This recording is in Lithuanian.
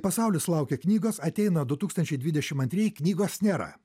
pasaulis laukia knygos ateina du tūkstančiai dvidešim antrieji knygos nėra